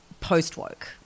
post-woke